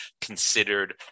considered